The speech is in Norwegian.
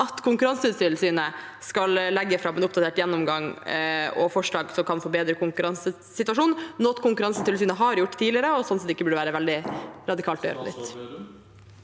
at Konkurransetilsynet skal legge fram en oppdatert gjennomgang og forslag som kan forbedre konkurransesituasjonen, noe Konkurransetilsynet har gjort tidligere, og som sånn sett ikke burde være veldig radikalt å gjøre.